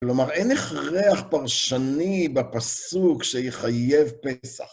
כלומר, אין הכרח פרשני בפסוק שיחייב פצע.